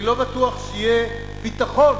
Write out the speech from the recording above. אני לא בטוח שיהיה ביטחון